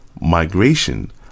Migration